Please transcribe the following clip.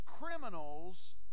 criminals